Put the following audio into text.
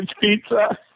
pizza